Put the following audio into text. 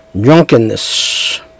drunkenness